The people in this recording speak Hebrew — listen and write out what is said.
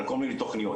על כל מיני תוכיות,